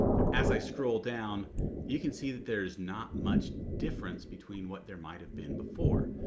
as i scroll down you can see that there is not much difference between what there might have been before,